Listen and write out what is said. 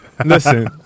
Listen